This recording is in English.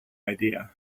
idea